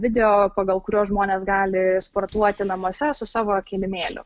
video pagal kuriuos žmonės gali sportuoti namuose su savo kilimėliu